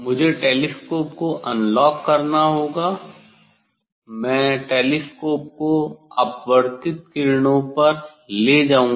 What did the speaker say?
मुझे टेलीस्कोप को अनलॉक करना होगा मैं टेलीस्कोप को अपवर्तित किरणों पर ले जाऊँगा